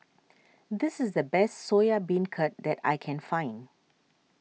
this is the best Soya Beancurd that I can find